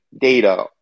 data